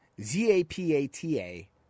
Z-A-P-A-T-A